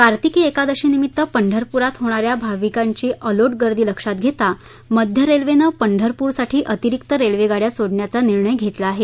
कार्तिक एकादशीसाठी पंढरपूरात होणारी भाविकांची अलोट गर्दी लक्षात घेता मध्य रेल्वेने पंढरपूरसाठी अतिरिक्त रेल्वेगाङ्या सोडण्याचा निर्णय घेतला आहे